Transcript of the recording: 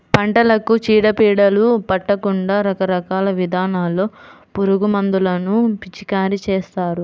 పంటలకు చీడ పీడలు పట్టకుండా రకరకాల విధానాల్లో పురుగుమందులను పిచికారీ చేస్తారు